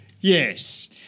Yes